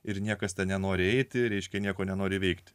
ir niekas nenori eiti ryškiai nieko nenori veikti